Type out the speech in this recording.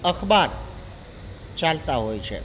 અખબાર ચાલતા હોય છે